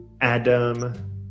Adam